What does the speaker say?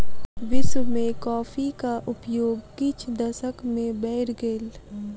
विश्व में कॉफ़ीक उपयोग किछ दशक में बैढ़ गेल